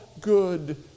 good